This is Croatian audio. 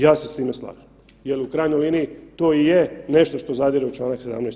Ja se s time slažem jer u krajnjoj liniji to i je nešto što zadire u čl. 17.